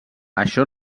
això